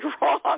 wrong